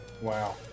Wow